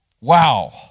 Wow